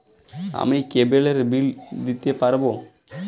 আমি কেবলের বিল দিতে পারবো?